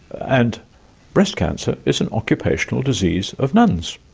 and breast cancer is an occupational disease of nuns.